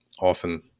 often